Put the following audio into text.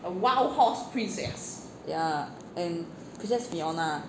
ya and princess fiona